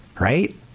Right